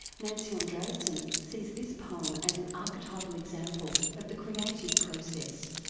nancy andreasen sees this poem as an archetypal example of the creative process.